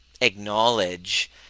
acknowledge